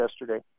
yesterday